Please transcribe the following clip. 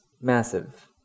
Massive